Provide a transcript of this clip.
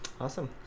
awesome